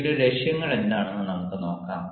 ഡിയുടെ ലക്ഷ്യങ്ങൾ എന്താണെന്ന് നമുക്ക് നോക്കാം